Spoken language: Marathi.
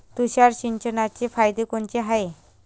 तुषार सिंचनाचे फायदे कोनचे हाये?